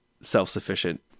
self-sufficient